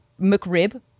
McRib